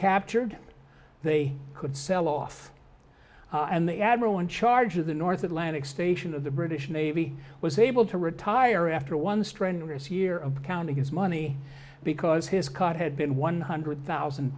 captured they could sell off and the admiral in charge of the north atlantic station of the british navy was able to retire after one strenuous year of counting his money because his card had been one hundred thousand